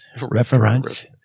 reference